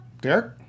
Derek